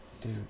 dude